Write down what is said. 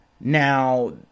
Now